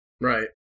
right